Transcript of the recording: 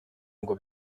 ngo